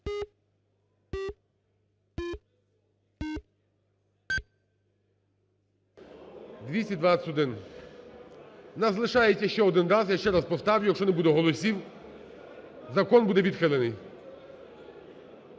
В нас залишається ще один раз, я ще раз поставлю. Якщо не буде голосів, закон буде відхилений.